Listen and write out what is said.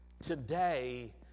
Today